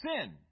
sin